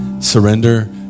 Surrender